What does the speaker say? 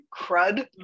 crud